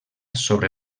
sobre